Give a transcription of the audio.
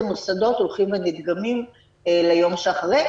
מוסדות הולכים ונדגמים ליום שאחרי,